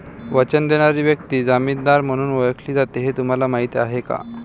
वचन देणारी व्यक्ती जामीनदार म्हणून ओळखली जाते हे तुम्हाला माहीत आहे का?